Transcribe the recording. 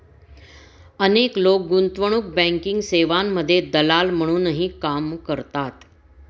अनेक लोक गुंतवणूक बँकिंग सेवांमध्ये दलाल म्हणूनही काम करतात